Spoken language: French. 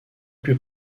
plus